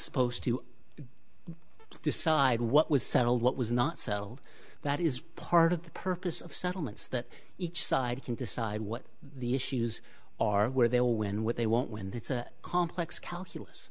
supposed to do decide what was settled what was not settled that is part of the purpose of settlements that each side can decide what the issues are where they will win what they won't win that's a complex calculus